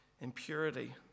impurity